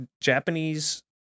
Japanese